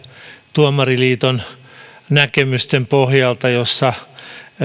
tuomariliiton näkemysten pohjalta joissa